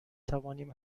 توانیم